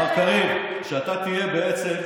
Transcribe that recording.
מר קריב, אתה מפריע לי.